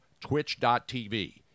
Twitch.tv